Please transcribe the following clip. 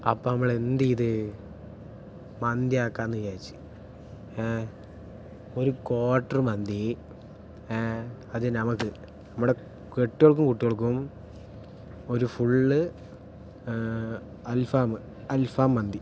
അപ്പ നമ്മള് എന്ത് ചെയ്ത് മന്തി ആക്കാന്ന് വിചാരിച്ച് ഒരു ക്വാട്ടർ മന്തി അത് നമക്ക് നമ്മള് കെട്ടിയവൾക്കും കുട്ടികൾക്കും ഒരു ഫുള്ള് അൽഫാമ് അൽഫാം മന്തി